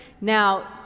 Now